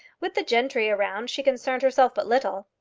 with the gentry around she concerned herself but little.